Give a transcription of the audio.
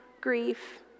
grief